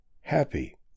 happy